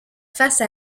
face